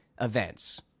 events